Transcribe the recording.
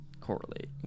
correlate